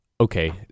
okay